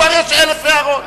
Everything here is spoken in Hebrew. כבר יש אלף הערות.